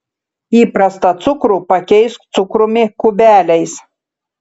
įprastą cukrų pakeisk cukrumi kubeliais